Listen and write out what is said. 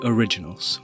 Originals